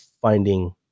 finding